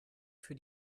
für